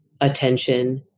attention